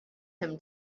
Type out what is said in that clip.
him